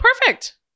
perfect